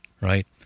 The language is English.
right